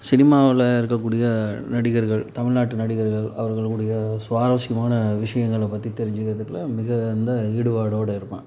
சினிமாவில் இருக்கக்கூடிய நடிகர்கள் தமிழ்நாட்டு நடிகர்கள் அவர்களுடைய சுவாரஸ்யமான விஷயங்களை பற்றி தெரிஞ்சுக்கிறதுல மிகுந்த ஈடுபாடோடு இருப்பேன்